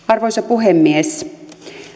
arvoisa puhemies